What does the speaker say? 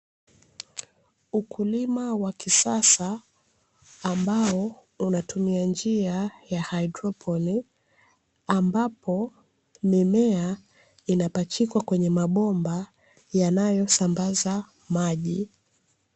Ukulima wa kisasa ambao unatumia njia ya haidroponi, ambapo mimea inapachikwa kwenye mabomba yanayosambaza maji.